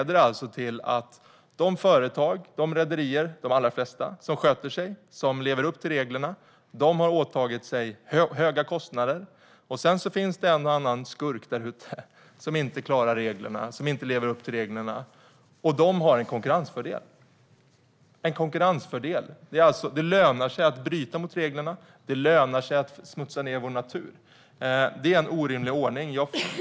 De företag och de rederier - de allra flesta - som sköter sig och som lever upp till reglerna har tagit på sig höga kostnader. Sedan finns det en och annan skurk där ute som inte lever upp till reglerna. De har en konkurrensfördel. Det lönar sig att bryta mot reglerna. Det lönar sig att smutsa ned vår natur. Det är en orimlig ordning.